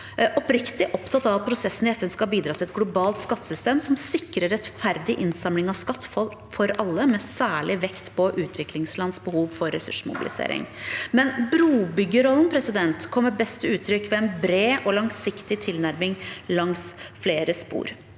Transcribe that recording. oppriktig opptatt av at prosessen i FN skal bidra til et globalt skattesystem som sikrer rettferdig innsamling av skatt for alle, med særlig vekt på utviklingslands behov for ressursmobilisering. Men brobyggerrollen kommer best til uttrykk ved en bred og langsiktig tilnærming langs flere spor.